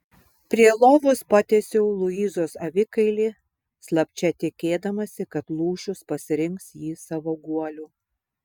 prie lovos patiesiau luizos avikailį slapčia tikėdamasi kad lūšius pasirinks jį savo guoliu